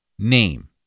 Name